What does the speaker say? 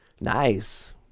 Nice